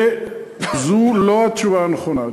זו לא התשובה הנכונה.